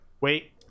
Wait